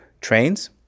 Trains